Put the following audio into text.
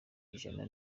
ijambo